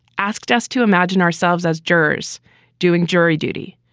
asked us to imagine ourselves as jurors doing jury duty.